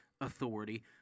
authority